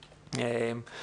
החינוך הבלתי פורמלי